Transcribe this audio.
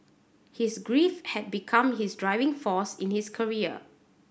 his grief had become his driving force in his career